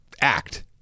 act